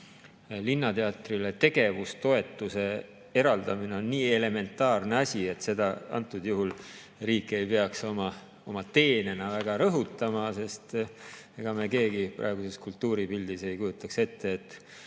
linnateatrile tegevustoetuse eraldamine on nii elementaarne asi, et seda riik ei peaks oma teenena väga rõhutama, sest ega me keegi praeguses kultuuripildis ei kujutaks ette, et